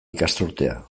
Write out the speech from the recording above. ikasturtea